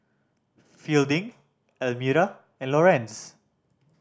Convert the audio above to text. Fielding Elmira and Lorenz